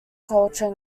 culture